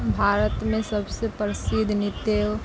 भारतमे सभ से प्रसिद्ध नृत्य